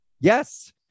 Yes